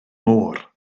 môr